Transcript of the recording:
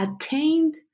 attained